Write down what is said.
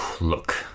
Look